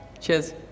Cheers